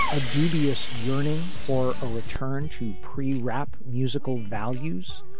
a dubious yearning for a return to pre rap musical values?